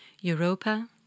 Europa